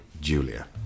Julia